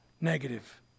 negative